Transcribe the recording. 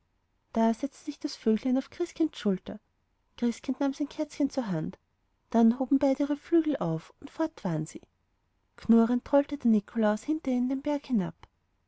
da setzte sich das vöglein auf christkinds schulter christkind nahm sein kerzchen zur hand dann hoben beide ihre flügel auf und fort waren sie knurrend trollte der nikolaus hinter ihnen den berg hinab